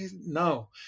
no